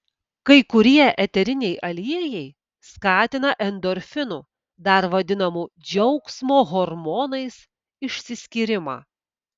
kai kurie eteriniai aliejai skatina endorfinų dar vadinamų džiaugsmo hormonais išsiskyrimą